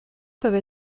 peuvent